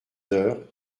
heures